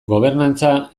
gobernantza